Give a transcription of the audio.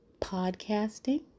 podcasting